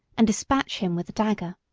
and despatch him with a dagger.